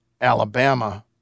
Alabama